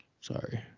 Sorry